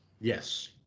yes